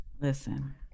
Listen